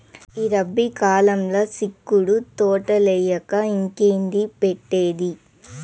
ఈ రబీ కాలంల సిక్కుడు తోటలేయక ఇంకేంది పెట్టేది